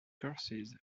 courses